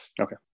okay